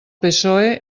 psoe